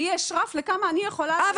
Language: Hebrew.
לי יש רף כמה אני יכולה להעלות.